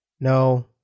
No